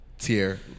tier